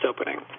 opening